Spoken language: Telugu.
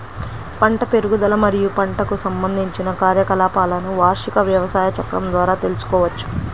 పంట పెరుగుదల మరియు పంటకు సంబంధించిన కార్యకలాపాలను వార్షిక వ్యవసాయ చక్రం ద్వారా తెల్సుకోవచ్చు